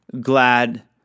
glad